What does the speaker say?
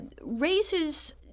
raises